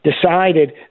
decided